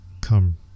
come